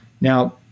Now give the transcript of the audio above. Now